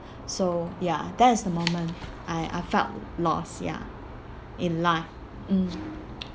so ya that is the moment I I felt lost ya in life mm